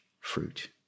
fruit